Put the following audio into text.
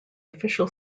official